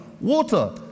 Water